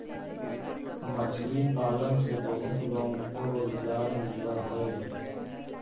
मछली पालन से बहुत लोगों को रोजगार मिलअ हई